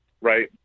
right